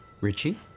Richie